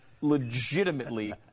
legitimately